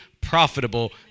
profitable